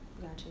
Gotcha